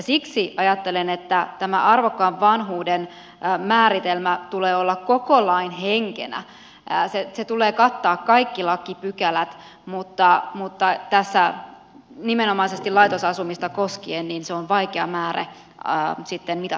siksi ajattelen että tämän arvokkaan vanhuuden määritelmän tulee olla koko lain henkenä sen tulee kattaa kaikki lakipykälät mutta tässä nimenomaisesti laitosasumista koskien se on vaikea määre sitten mitattavaksi